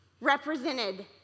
represented